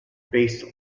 basel